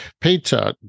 Peter